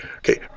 Okay